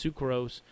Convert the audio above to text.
Sucrose